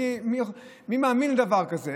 מי מאמין לדבר כזה?